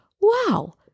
wow